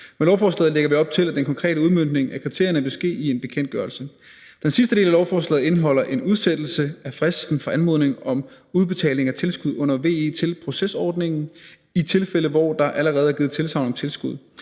Med lovforslaget lægger vi op til, at den konkrete udmøntning af kriterierne vil ske i en bekendtgørelse. Den sidste del af lovforslaget indeholder en udsættelse af fristen for anmodning om udbetaling af tilskud under VE til procesordningen i tilfælde, hvor der allerede er givet tilsagn om tilskud.